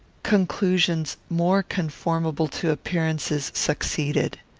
conclusions more conformable to appearances succeeded.